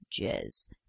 jizz